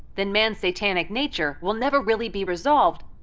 then man's satanic nature will never really be resolved,